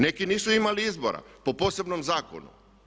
Neki nisu imali izbora po posebnom zakonu.